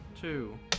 two